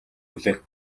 хүлээх